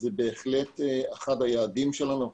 זה בהחלט אחד היעדים שלנו.